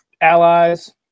allies